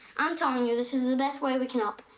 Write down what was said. i'm telling you this is the best way we can help.